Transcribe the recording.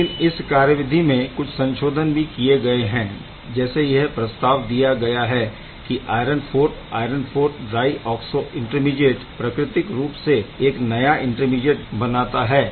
लेकिन इस कार्यविधि में कुछ संशोधन भी किए गए है जहाँ यह प्रस्ताव दिया गया है कि iron IV iron IV dioxo intermediate प्रकृतिक रूप से एक नया इंटरमीडीएट बनाता है